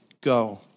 go